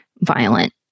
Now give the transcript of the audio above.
violent